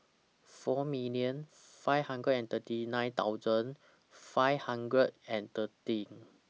four million five hundred and thirty nine thousand five hundred and thirteen